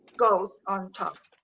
ghost on top.